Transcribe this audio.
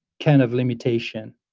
kind of limitation.